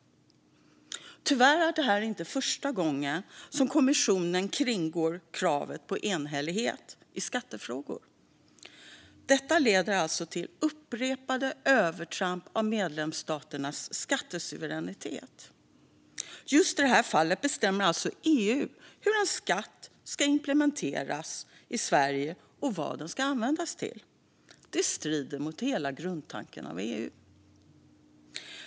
Tyvärr är det inte första gången som kommissionen kringgår kravet på enhällighet i skattefrågor. Detta leder till upprepade övertramp när det gäller medlemsstaternas skattesuveränitet. Just i det här fallet bestämmer alltså EU hur en skatt ska implementeras i Sverige och vad den ska användas till. Det strider mot hela grundtanken med EU.